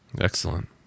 Excellent